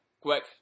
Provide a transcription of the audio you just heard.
quick